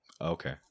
Okay